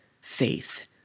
faith